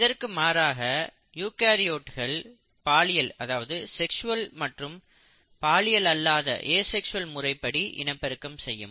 இதற்கு மாறாக யூகரியோட்கள் பாலியல்செக்ஸ்வல் மற்றும் பாலியல் அல்லாதஏசெக்ஸ்வல் முறைப்படி இனப்பெருக்கம் செய்யும்